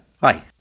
Hi